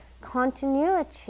continuity